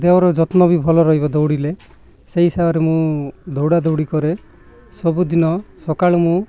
ଦେହର ଯତ୍ନ ବି ଭଲ ରହିବ ଦୌଡ଼ିଲେ ସେଇ ହିସାବରେ ମୁଁ ଦୌଡ଼ା ଦୌଡ଼ି କରେ ସବୁଦିନ ସକାଳୁ ମୁଁ